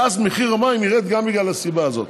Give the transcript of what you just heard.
ואז מחיר המים ירד גם בגלל הסיבה הזאת.